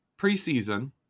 preseason